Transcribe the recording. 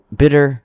bitter